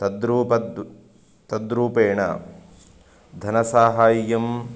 तद्रूपेण तद्रूपेण धनसाहाय्यं